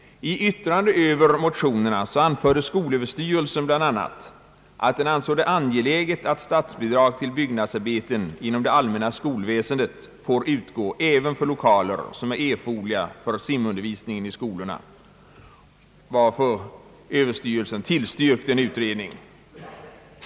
skolöverstyrelsen bl.a. att den ansåg det angeläget att statsbidrag till byggnadsarbeten inom det allmänna skolväsendet får utgå även för lokaler som är erforderliga för simundervisningen i skolorna och tillstyrkte en utredning.